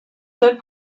seuls